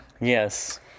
Yes